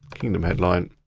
kingdom headline.